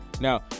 now